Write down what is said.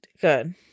Good